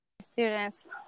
students